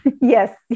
Yes